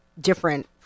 different